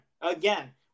Again